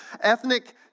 ethnic